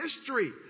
history